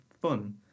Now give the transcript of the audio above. fun